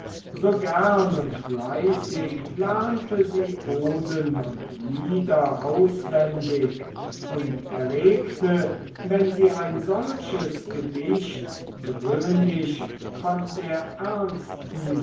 so gern und fleißig lernte sie oden und lieder auswendig und erregte wenn sie ein solches gedicht gewöhnlich von der ernsten